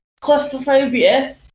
claustrophobia